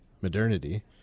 modernity